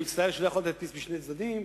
אני מצטער שלא יכולתי להדפיס בשני הצדדים,